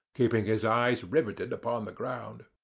keeping his eyes riveted upon the ground.